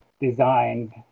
designed